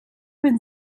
ben